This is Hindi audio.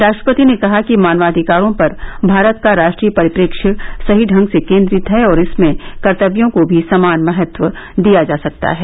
राष्ट्रपति ने कहा कि मानवधिकारों पर भारत का राष्ट्रीय परिप्रेष्य सही ढंग से केंद्रित है और इसमें कर्तव्यों को भी समान महत्व दिया जा सकता है